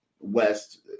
West